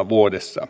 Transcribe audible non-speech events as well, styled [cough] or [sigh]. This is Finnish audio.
[unintelligible] vuodessa